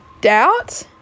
doubt